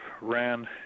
ran